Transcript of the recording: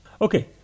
Okay